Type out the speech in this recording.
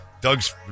Doug's